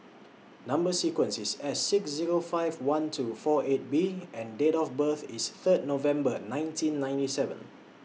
Number sequence IS S six Zero five one two four eight B and Date of birth IS Third November nineteen ninety seven